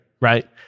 right